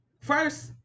first